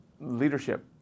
leadership